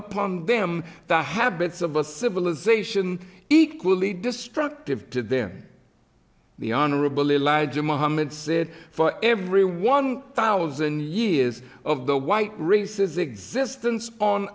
upon them the habits of a civilization equally destructive to them the honorable elijah muhammad said for every one thousand years of the white race is existence on